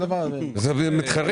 אלה מתחרים.